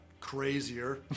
crazier